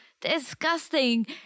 Disgusting